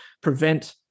prevent